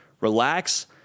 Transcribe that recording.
Relax